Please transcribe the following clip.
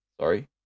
Sorry